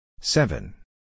seven